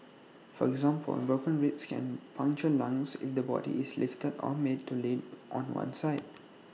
for example broken ribs can puncture lungs if the body is lifted or made to lean on one side